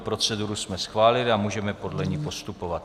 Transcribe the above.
Proceduru jsme schválili a můžeme podle ní postupovat.